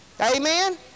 Amen